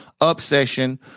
obsession